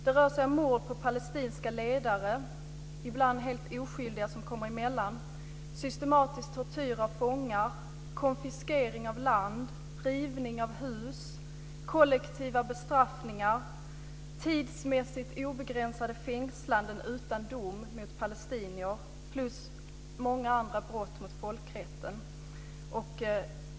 Det rör sig om mord på palestinska ledare och ibland på helt oskyldiga som kommer emellan, systematisk tortyr av fångar, konfiskering av land, rivning av hus, kollektiva bestraffningar, tidsmässigt obegränsade fängslanden utan dom av palestinier och många andra brott mot folkrätten.